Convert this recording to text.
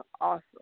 awesome